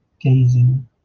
gazing